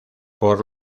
por